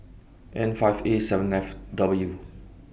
N five A seven F W